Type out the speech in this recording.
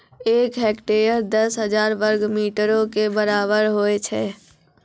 एक हेक्टेयर, दस हजार वर्ग मीटरो के बराबर होय छै